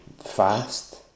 fast